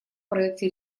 проекте